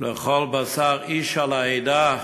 לכל בשר איש על העדה"